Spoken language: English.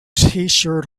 tshirt